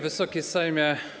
Wysoki Sejmie!